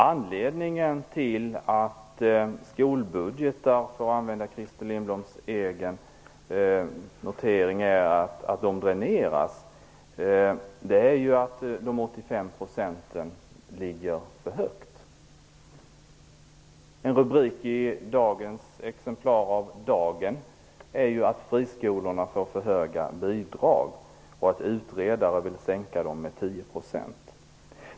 Anledningen till att skolbudgetar dräneras, för att använda Christer Lindbloms egna ord, är att man med en bidragsnivå på 85 % ligger för högt. Dagen framgår att friskolorna får för höga bidrag. Utredare vill sänka bidragen med 10 %.